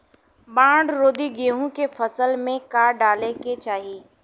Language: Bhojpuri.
बाढ़ रोधी गेहूँ के फसल में का डाले के चाही?